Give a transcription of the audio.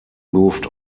moved